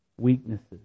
weaknesses